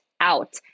out